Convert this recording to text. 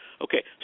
Okay